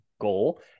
goal